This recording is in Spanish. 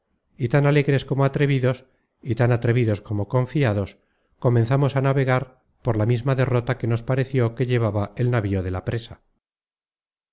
y tan alegres como atrevidos y tan atrevidos como confiados comenzamos á navegar por la misma derrota que nos pareció que llevaba el navío de la presa